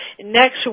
next